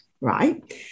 right